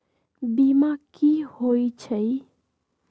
बीमा कि होई छई?